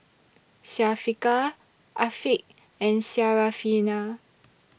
Syafiqah Afiq and Syarafina